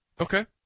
Okay